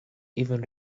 even